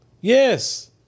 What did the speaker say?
Yes